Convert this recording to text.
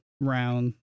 round